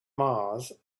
mars